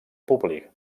públic